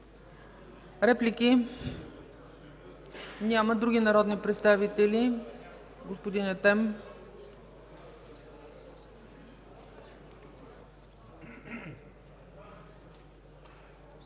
Реплики? Няма. Други народни представители? Господин Етем.